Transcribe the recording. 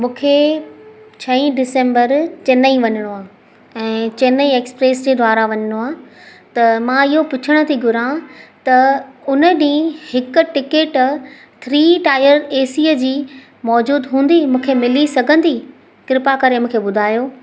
मूंखे छई ॾिसंबर चैन्नई वञिणो आहे ऐं चैन्नई एक्सप्रेस जे द्वारा वञिणो आहे त मां इहो पुछण थी घुरां त उन ॾींहुं हिकु टिकट थ्री टायर एसीअ जी मौजूदु हूंदी मूंखे मिली सघंदी कृप्या करे मूंखे ॿुधायो